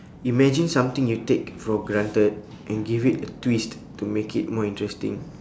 imagine something you take for granted and give it a twist to make it more interesting